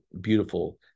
beautiful